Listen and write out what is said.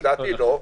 לדעתי לא.